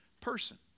person